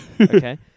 Okay